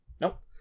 Nope